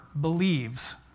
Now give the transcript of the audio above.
believes